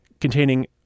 containing